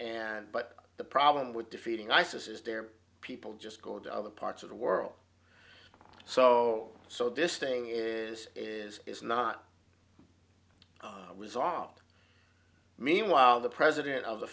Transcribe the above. and but the problem with defeating isis is their people just go to other parts of the world so so this thing is is is not resolved meanwhile the president of the